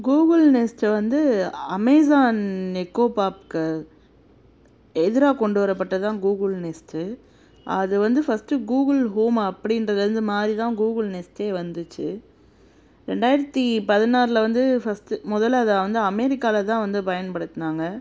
Google Nest வந்து Amazon Echo பாப்புக்கு எதிராக கொண்டுவரப்பட்டது தான் கூகுள் நெஸ்ட்டு அது வந்து ஃபஸ்ட்டு கூகுள் ஹோம் அப்படின்றதுலேருந்து மாதிரி தான் கூகுள் நெஸ்ட்டே வந்துச்சு ரெண்டாயிரத்து பதினாறில் வந்து ஃபஸ்ட்டு முதல்ல அது வந்து அமெரிக்காவில் தான் வந்து பயன்படுத்தினாங்க